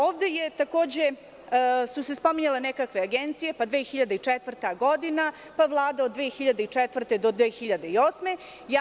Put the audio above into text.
Ovde su se takođe spominjale nekakve agencije, pa 2004. godina, pa Vlada od 2004. do 2008. godine.